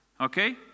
Okay